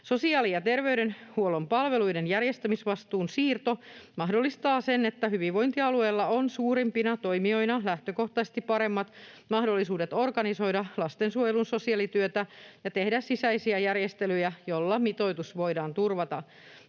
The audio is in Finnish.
Sosiaali- ja ter-veydenhuollon palveluiden järjestämisvastuun siirto mahdollistaa sen, että hyvinvointialueilla on suurempina toimijoina lähtökohtaisesti paremmat mahdollisuudet organisoida lastensuojelun sosiaalityötä ja tehdä sisäisiä järjestelyjä, joilla mitoitus voidaan turvata.